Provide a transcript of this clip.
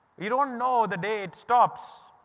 you don't know the day it stops,